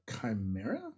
chimera